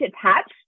attached